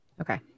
Okay